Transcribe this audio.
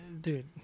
dude